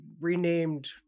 renamed